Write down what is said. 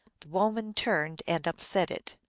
the woman turned, and upset it.